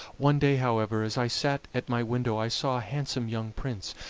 one day, however, as i sat at my window i saw a handsome young prince,